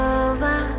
over